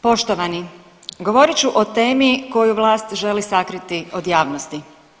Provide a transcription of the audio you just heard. Poštovani govorit ću o temi koju vlast želi sakriti od javnosti.